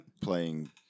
playing